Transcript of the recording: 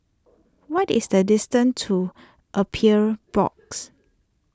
what is the distance to Appeals Board